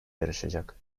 yarışacak